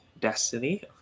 Destiny